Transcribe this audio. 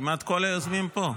כמעט כל היוזמים פה.